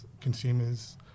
consumers